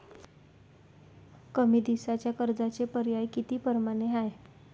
कमी दिसाच्या कर्जाचे पर्याय किती परमाने हाय?